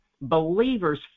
Believers